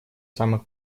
самых